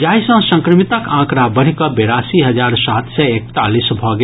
जाहि सॅ संक्रमितक आंकड़ा बढ़ि कऽ बेरासी हजार सात सय एकतालीस भऽ गेल